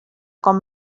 com